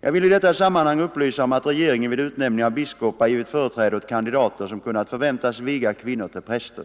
Jag vill i detta sammanhang upplysa om att regeringen vid utnämning av biskopar givit företräde åt kandidater som kunnat förväntas viga kvinnor till präster.